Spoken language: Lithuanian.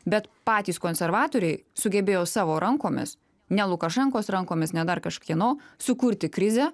bet patys konservatoriai sugebėjo savo rankomis ne lukašenkos rankomis ne dar kažkieno sukurti krizę